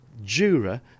Jura